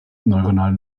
neuronale